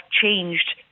changed